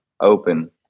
open